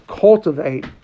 cultivate